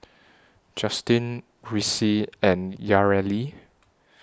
Justin Ricci and Yareli